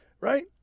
Right